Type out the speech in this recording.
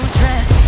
dress